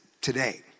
today